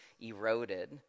eroded